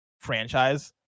franchise